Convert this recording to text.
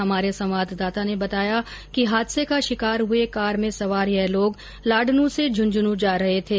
हमारे संवाददाता ने बताया कि हादसे का शिकार हुए कार में सवार यह लोग लांडनू से झुंझनू जा रहे थे